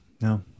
no